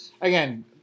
Again